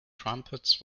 trumpets